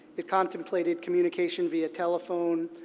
it contemplated communication via telephone,